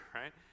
right